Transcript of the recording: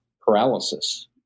paralysis